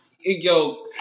yo